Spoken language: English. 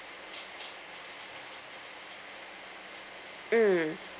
mm